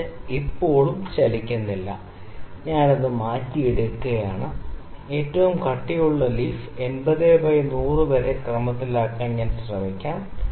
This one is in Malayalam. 25 ഇപ്പോഴും ചലിക്കുന്നില്ല ഞാൻ അത് മാറ്റിയെടുക്കും ഏറ്റവും കട്ടിയുള്ള ലീഫ് 80 100 വരെ ക്രമത്തിലാക്കാൻ ഞാൻ ശ്രമിക്കാം